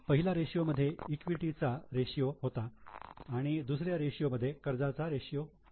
पहिला रेशियो मध्ये ईक्विटी चा रेशियो होता आणि दुसरा रेशियो मध्ये कर्जाचा रेशियो आहे